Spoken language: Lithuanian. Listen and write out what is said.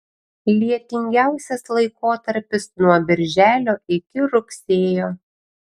lietingiausias laikotarpis nuo birželio iki rugsėjo